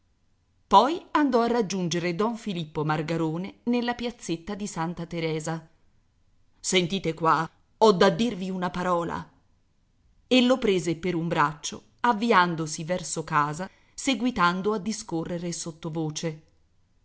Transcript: poi andò a raggiungere don filippo margarone nella piazzetta di santa teresa sentite qua ho da dirvi una parola e lo prese per un braccio avviandosi verso casa seguitando a discorrere sottovoce